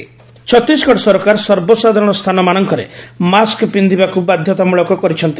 ଛତିଶଗଡ ଛତିଶଗଡ ସରକାର ସର୍ବସାଧାରଣ ସ୍ଥାନ ମାନଙ୍କରେ ମାସ୍କ ପିନ୍ଧିବାକୁ ବାଧତାମୂଳକ କରିଛନ୍ତି